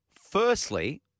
Firstly